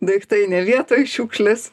daiktai ne vietoj šiukšlės